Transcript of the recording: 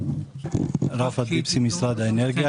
אני ממשרד האנרגיה.